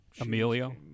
Emilio